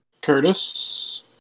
Curtis